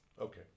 Okay